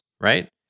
right